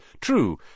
True